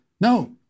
No